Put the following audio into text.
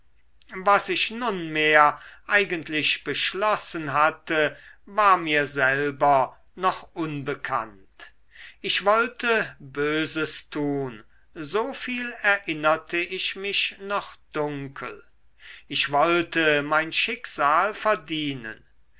was ich nunmehr eigentlich beschlossen hatte war mir selber noch unbekannt ich wollte böses tun soviel erinnerte ich mich noch dunkel ich wollte mein schicksal verdienen